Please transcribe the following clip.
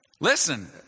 Listen